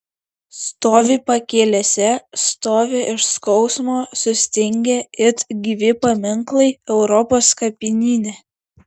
stovi pakelėse stovi iš skausmo sustingę it gyvi paminklai europos kapinyne